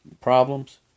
problems